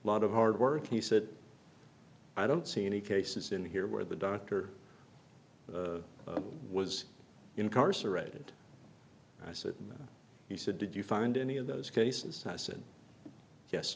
lot of hard work he said i don't see any cases in here where the doctor was incarcerated i said he said did you find any of those cases and i said yes